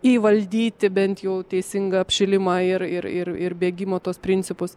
įvaldyti bent jau teisingą apšilimą ir ir ir ir bėgimo tuos principus